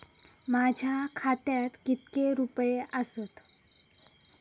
माझ्या खात्यात कितके रुपये आसत?